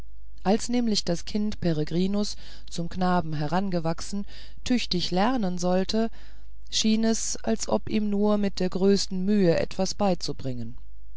als nämlich das kind peregrinus zum knaben herangewachsen tüchtig lernen sollte schien es als ob ihm nur mit der größten mühe etwas beizubringen